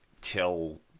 tell